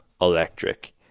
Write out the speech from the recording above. electric